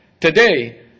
Today